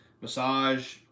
massage